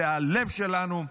זה הלב שלנו,